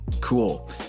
cool